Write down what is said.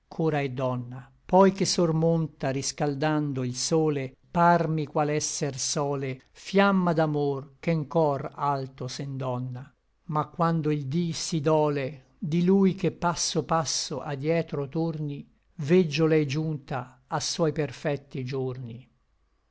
ch'ora è donna poi che sormonta riscaldando il sole parmi qual esser sòle fiamma d'amor che n cor alto s'endonna ma quando il dí si dole di lui che passo passo a dietro torni veggio lei giunta a suoi perfecti giorni